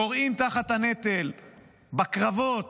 כורעים תחת הנטל בקרבות